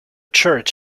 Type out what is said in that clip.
church